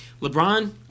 LeBron